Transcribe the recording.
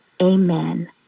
Amen